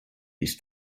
ist